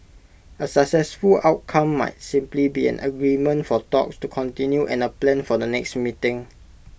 A successful outcome might simply be an agreement for talks to continue and A plan for the next meeting